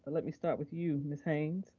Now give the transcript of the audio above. let me start with you, ms. haynes.